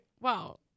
wow